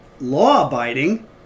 law-abiding